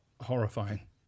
Horrifying